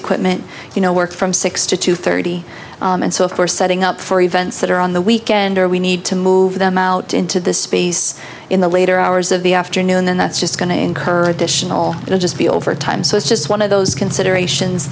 equipment you know work from six to two thirty and so if we're setting up for events that are on the weekend or we need to move them out into the space in the later hours of the afternoon then that's just going to incur additional it'll just be over time so it's just those considerations